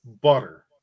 butter